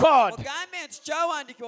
God